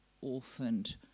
orphaned